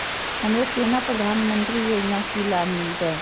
हमरो केना प्रधानमंत्री योजना की लाभ मिलते?